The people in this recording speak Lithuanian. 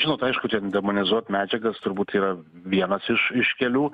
žinot aišku demonizuot medžiagas turbūt yra vienas iš iš kelių